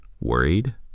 Worried